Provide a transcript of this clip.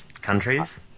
countries